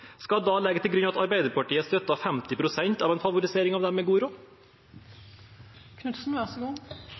Skal en da legge til grunn at Arbeiderpartiet støtter 50 pst. av en favorisering av dem med